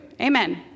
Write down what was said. amen